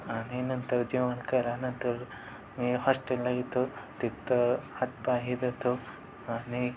आणि नंतर जेवण करा नंतर मी हॉस्टेलला येतो तिथं हातपाय धुतो आणि